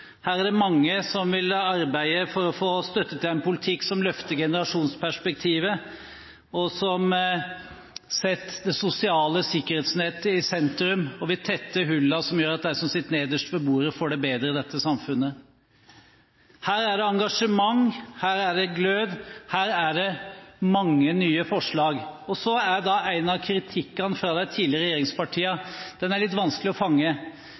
Her er det mange som ville arbeide for å få støtte til en politikk som løfter generasjonsperspektivet, og som setter det sosiale sikkerhetsnettet i sentrum, og vi tetter hullene slik at de som sitter nederst ved bordet, får det bedre i dette samfunnet. Her er det engasjement, her er det glød, og her er det mange nye forslag. Noe av kritikken fra de tidligere regjeringspartiene er litt vanskelig å fange,